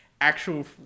actual